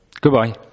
Goodbye